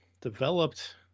developed